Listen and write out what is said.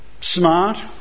smart